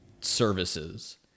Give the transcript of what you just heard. services